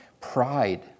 pride